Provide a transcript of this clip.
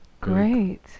Great